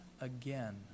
again